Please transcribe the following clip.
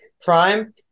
Prime